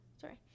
sorry